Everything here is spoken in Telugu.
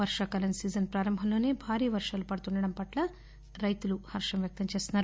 వర్గాకాలం సీజన్ ప్రారంభంలోసే భారీ వర్షాలు పడుతుండటం పట్ల వల్ల రైతులు హర్షం వ్యక్తం చేస్తున్నారు